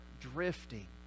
drifting